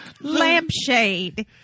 Lampshade